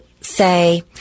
say